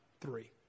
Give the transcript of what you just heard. three